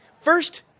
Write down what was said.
First